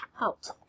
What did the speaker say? Out